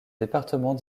département